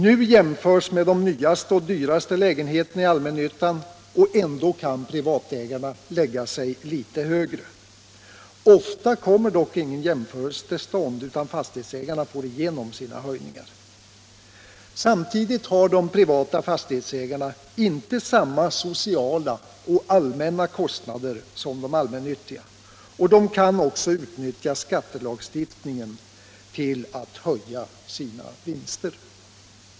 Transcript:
Nu jämförs med de nyaste och dyraste lägenheterna hos de allmännyttiga företagen och ändå kan privatägarna lägga sig litet högre. Ofta kommer dock ingen jämförelse till stånd, utan fastighetsägarna får igenom sina höjningar. Samtidigt har de privata fastighetsägarna inte samma sociala och allmänna kostnader som de all männyttiga. De kan också utnyttja skattelagstiftningen till att höja sina vinster.